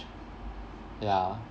ya